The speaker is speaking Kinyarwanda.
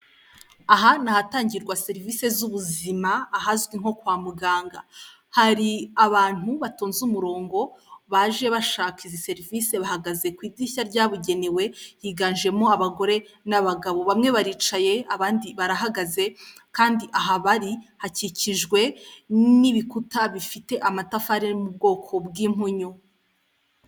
Aha ni ahatangirwa serivise z'ubuzima ahazwi nko kwa muganga, hari abantu batonze murongo baje bashaka izi serivisi bahagaze ku idirishya ryabugenewe higanjemo abagore n'abagabo bamwe baricaye abandi barahageze kandi aha bari hakikijwe n'ibikuta bifite amatafari ari mu bwoko bw'impunyu.